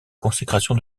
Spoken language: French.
consécration